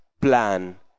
plan